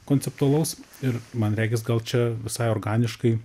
konceptualaus ir man regis gal čia visai organiškai